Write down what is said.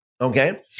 okay